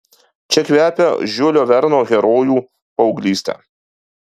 čia kvepia žiulio verno herojų paauglyste